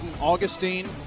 Augustine